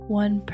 one